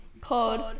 called